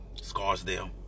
Scarsdale